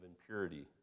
impurity